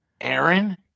Aaron